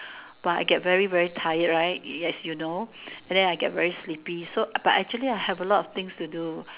but I get very very tired right as you know and then I get very sleepy so but I actually have a lot of things to do